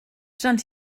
stand